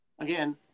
again